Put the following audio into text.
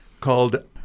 called